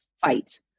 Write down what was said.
fight